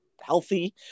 healthy